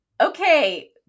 okay